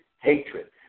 hatred